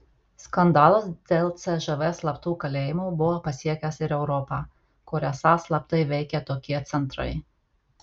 skandalas dėl cžv slaptų kalėjimų buvo pasiekęs ir europą kur esą slaptai veikė tokie centrai